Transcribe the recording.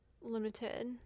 limited